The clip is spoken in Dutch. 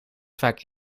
vaak